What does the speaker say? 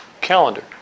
calendar